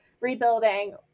rebuilding